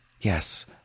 Yes